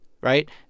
right